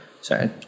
Sorry